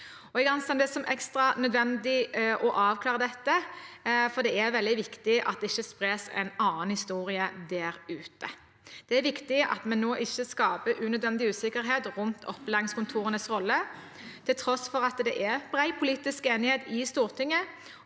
Jeg anser det som ekstra nødvendig å avklare dette, for det er veldig viktig at det ikke spres en annen historie der ute. Det er viktig at vi nå ikke skaper unødvendig usikkerhet rundt opplæringskontorenes rolle – til tross for at det er bred politisk enighet i Stortinget.